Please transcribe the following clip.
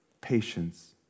patience